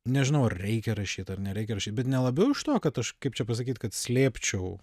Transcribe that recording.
nežinau ar reikia rašyt ar nereikia rašyt bet ne labiau iš to kad aš kaip čia pasakyt kad slėpčiau